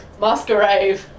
Masquerade